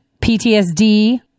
PTSD